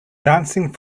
dancing